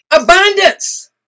Abundance